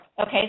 Okay